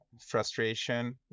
frustration